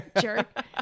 Jerk